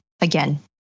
again